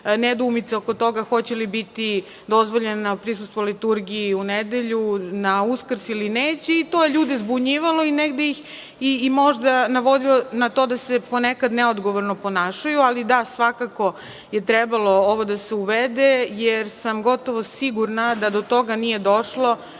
nedoumici oko toga hoće li biti dozvoljeno prisustvo liturgiju u nedelju na Uskrs ili neće i to je ljude zbunjivalo i negde ih, možda, navodilo na to da se ponekada neodgovorno ponašaju. Ali, da, svakako je trebalo ovo da se uvede, jer sam gotovo sigurna da do toga nije došlo